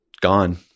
gone